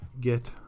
get